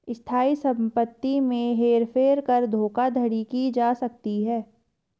स्थायी संपत्ति में हेर फेर कर धोखाधड़ी की जा सकती है